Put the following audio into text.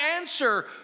answer